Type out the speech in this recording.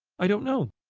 i don't know.